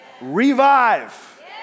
revive